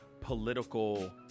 political